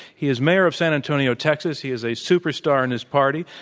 he is mayor of san antonio, texas. he is a superstar in his party.